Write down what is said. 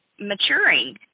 maturing